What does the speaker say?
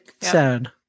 sad